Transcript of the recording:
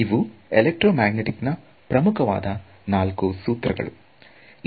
ಇವು electromagnetic ನ ಪ್ರಮುಖವಾದ 4 ಸೂತ್ರಗಳು